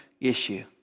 issue